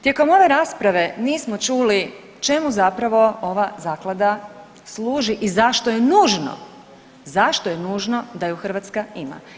Tijekom ove rasprave nismo čuli čemu zapravo ova zaklada služi i zašto je nužno, zašto je nužno da ju Hrvatska ima.